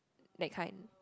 that kind like